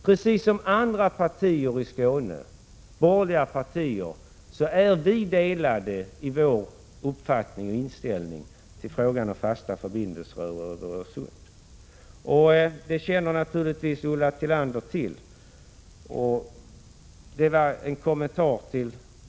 Precis som de borgerliga partierna i Skåne är vårt parti delat vad gäller inställningen till frågan om fasta förbindelser över Öresund, och det känner naturligtvis också Ulla Tillander till.